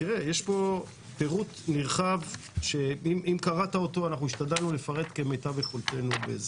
יש פה פירוט נרחב שהשתדלנו לפרט כמיטב יכולתנו.